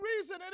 reason